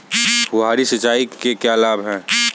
फुहारी सिंचाई के क्या लाभ हैं?